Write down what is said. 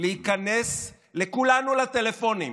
להיכנס לכולנו לטלפונים.